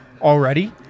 already